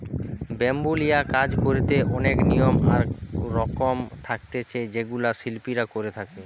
bamboo লিয়া কাজ করিতে অনেক নিয়ম আর রকম থাকতিছে যেগুলা শিল্পীরা করে থাকে